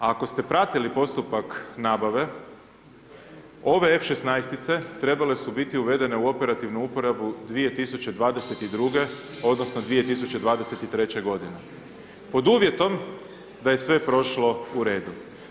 Ako ste pratili postupak nabave ove F16.-tice trebale su biti uvedene u operativnu uporabu 2022. odnosno 2023. godine pod uvjetom da je sve prošlo u redu.